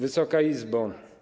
Wysoka Izbo!